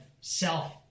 self-